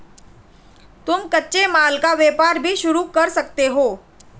तुम कच्चे माल का व्यापार भी शुरू कर सकते हो